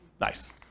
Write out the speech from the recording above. Nice